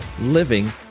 living